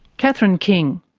catherine king.